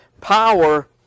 power